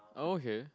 oh okay